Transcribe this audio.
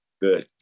good